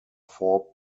four